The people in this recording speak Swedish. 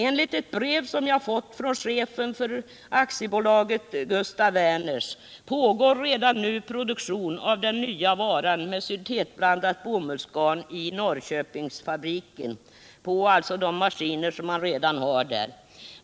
Enligt ett brev som jag har fått från chefen för Werners pågår redan nu produktion av den nya varan med syntetblandat bomullsgarn i Norrköpingsfabriken — med de maskiner som man redan har där.